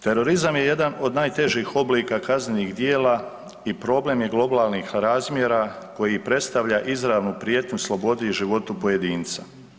Terorizam je jedan od najtežih oblika kaznenih djela i problem je globalnih razmjera koji predstavlja izravnu prijetnju slobodi i životu pojedinca.